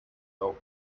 help